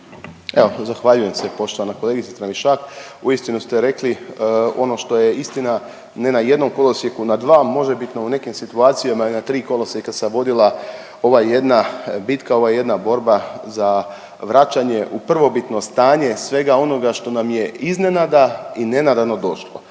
Evo zahvaljujem se poštovana kolegice Tramišak, uistinu ste rekli ono što je istina ne na jednom kolosijeku na dva možebitno u nekim situacijama i na tri kolosijeka se vodila ova jedna bitka, ova jedna borba za vraćanje u prvobitno stanje svega onoga što nam je iznenada i nenadano došlo.